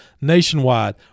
nationwide